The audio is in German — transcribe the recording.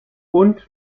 und